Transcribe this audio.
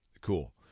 Cool